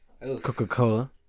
Coca-Cola